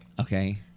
Okay